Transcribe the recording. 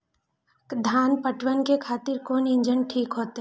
धान पटवन के खातिर कोन इंजन ठीक होते?